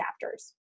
chapters